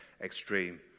extreme